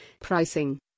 Pricing